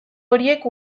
horiek